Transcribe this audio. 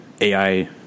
AI